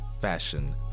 fashion